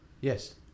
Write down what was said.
yes